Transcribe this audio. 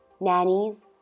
nannies